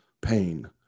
pain